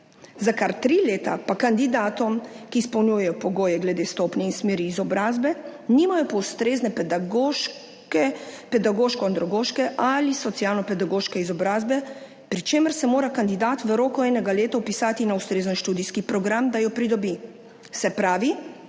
za kar 3 leta pa kandidatom, ki izpolnjujejo pogoje glede stopnje in smeri izobrazbe, nimajo pa ustrezne pedagoške, pedagoško andragoške ali socialno-pedagoške izobrazbe, pri čemer se mora kandidat v roku enega leta vpisati na ustrezen študijski program, da jo pridobi,